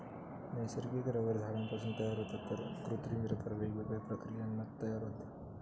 नैसर्गिक रबर झाडांपासून तयार होता तर कृत्रिम रबर वेगवेगळ्या प्रक्रियांनी तयार होता